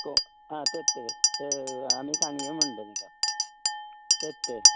आं तेत ते हय आमी सांडगे म्हणटा तेका तेत ते